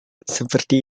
seperti